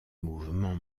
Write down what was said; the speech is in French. mouvement